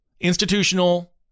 Institutional